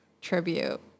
tribute